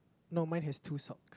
no mine has two socks